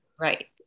Right